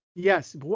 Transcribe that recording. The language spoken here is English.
Yes